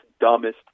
dumbest